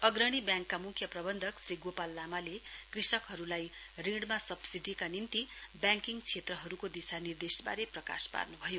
अग्रणी ब्याङ्कका मुख्य प्रवन्धक श्री गोपाल लामाले कृषकहरूलाई ऋण सब्सिडीका निम्ति ब्याङ्किङ क्षेत्रहरूको दिशानिर्देशबारे प्रकाश पार्नु भयो